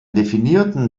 definierten